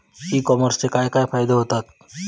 E कॉमर्सचे काय काय फायदे होतत?